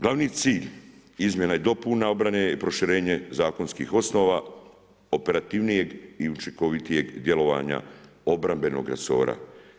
Glavni cilj izmjena i dopune obrane, je proširenje zakonskih osnova, operativnijeg i učinkovitijeg djelovanja obrambenog resora,